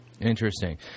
Interesting